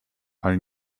ale